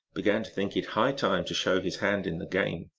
began to think it high time to show his hand in the game.